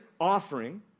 offering